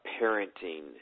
parenting